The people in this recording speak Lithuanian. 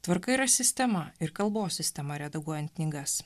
tvarka yra sistema ir kalbos sistema redaguojant knygas